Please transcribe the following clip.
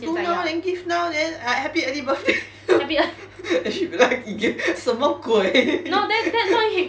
do now then give now then ah happy early birth~ actually we'll be like idiot 什么鬼